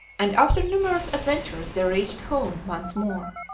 and after numerous adventures they reached home once more.